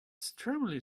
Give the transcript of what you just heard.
extremely